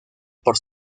por